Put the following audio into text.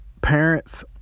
Parents